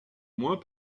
moins